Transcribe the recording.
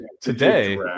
Today